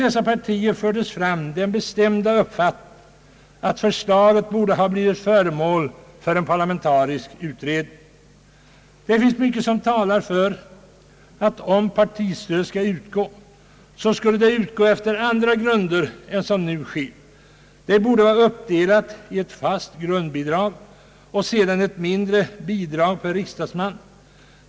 Dessa partier förde fram den bestämda uppfatiningen att förslaget borde ha blivit föremål för en parlamentarisk utredning. Det finns mycket som talar för att om partistöd skall utgå så skall det utgå efter andra grunder än de nuvarande. Stödet borde vara uppdelat i ett fast grundbidrag och sedan ett mindre bidrag per riksdagsman.